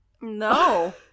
no